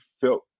felt